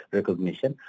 Recognition